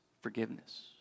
forgiveness